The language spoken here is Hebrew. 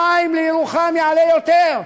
המים לירוחם יעלו יותר,